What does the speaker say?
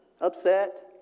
upset